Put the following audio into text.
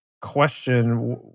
question